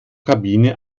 kabine